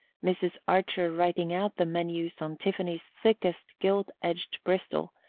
mrs. archer writing out the menus on tiffany's thickest gilt-edged bristol,